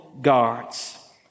guards